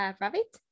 rabbit